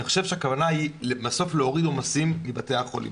הכוונה היא בסוף להוריד עומסים מבתי החולים.